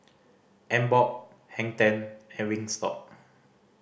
Emborg Hang Ten and Wingstop